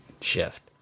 shift